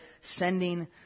sending